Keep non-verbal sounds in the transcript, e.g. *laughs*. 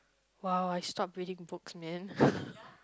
!wow! I stopped reading books man *laughs*